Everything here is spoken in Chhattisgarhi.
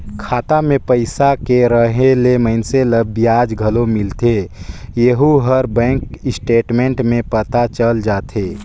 खाता मे पइसा के रहें ले मइनसे ल बियाज घलो मिलथें येहू हर बेंक स्टेटमेंट में पता चल जाथे